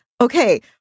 Okay